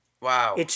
Wow